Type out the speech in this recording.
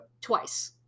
Twice